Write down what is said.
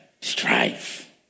Strife